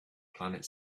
planet